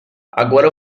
agora